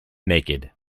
naked